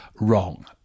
wrong